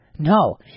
No